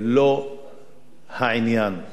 העניין הוא האם אנחנו רוצים